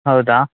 ಹೌದಾ